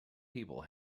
people